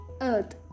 earth